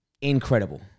incredible